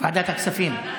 ועדת הכספים.